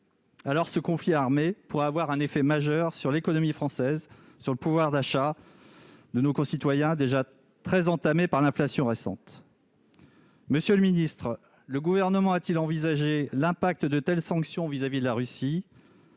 Alors ce conflit armé, pourrait avoir un effet majeur sur l'économie française sur le pouvoir d'achat de nos concitoyens, déjà très entamée par l'inflation récente. Monsieur le ministre, le gouvernement a-t-il envisagé l'impact de telles sanctions vis-à-vis de la Russie.